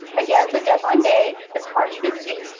again, the deadline day is march fifteen,